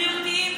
בריאותיים,